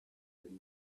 him